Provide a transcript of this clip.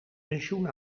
pensioen